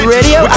Radio